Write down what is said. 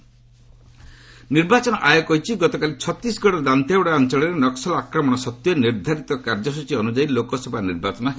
EC Chhattisgarh ନିର୍ବାଚନ ଆୟୋଗ କହିଛି ଗତକାଲି ଛତିଶଗଡ଼ର ଦାନ୍ତେଓ୍ୱାଡ଼ା ଅଞ୍ଚଳରେ ନକ୍କଲ ଆକ୍ରମଣ ସତ୍ତ୍ୱେ ନିର୍ଦ୍ଧାରିତ କାର୍ଯ୍ୟସୂଚୀ ଅନୁଯାୟୀ ଲୋକସଭା ନିର୍ବାଚନ ହେବ